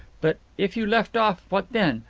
but if you left off, what then?